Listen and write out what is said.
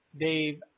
Dave